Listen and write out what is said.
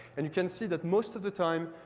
and you can see that most of the time,